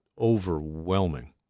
overwhelming